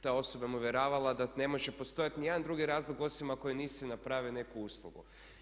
Ta osoba me uvjeravala da ne može postojati ni jedan drugi razlog osim ako joj nisi napravio neku uslugu.